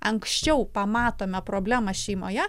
anksčiau pamatome problemą šeimoje